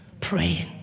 praying